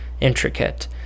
intricate